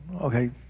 Okay